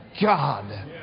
God